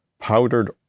powdered